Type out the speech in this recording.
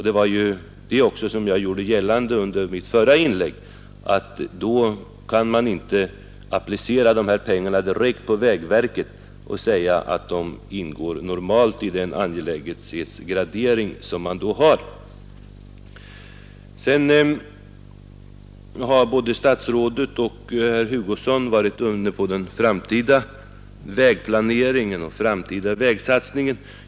Det var också detta jag gjorde gällande i mitt förra inlägg, nämligen att man då inte kan applicera dessa pengar direkt på vägverket och påstå att de normalt ingår i den angelägenhetsgradering som man där har. Både statsrådet och herr Hugosson har varit inne på den framtida vägplaneringen och den framtida vägsatsningen.